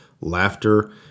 laughter